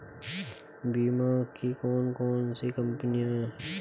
बीमा की कौन कौन सी कंपनियाँ हैं?